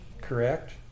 correct